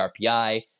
RPI